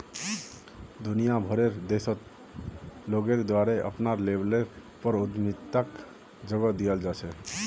दुनिया भरेर देशत लोगेर द्वारे अपनार लेवलेर पर उद्यमिताक जगह दीयाल जा छेक